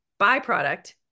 byproduct